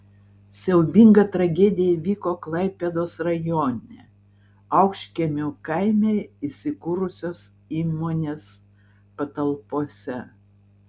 siaubinga tragedija įvyko klaipėdos rajone aukštkiemių kaime įsikūrusios įmonės patalpose